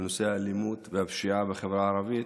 על נושא האלימות והפשיעה בחברה הערבית,